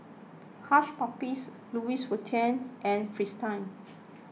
Hush Puppies Louis Vuitton and Fristine